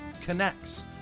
connects